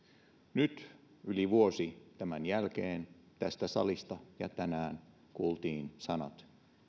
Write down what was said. nyt yli vuosi tämän jälkeen tästä salista tänään kuultiin sanat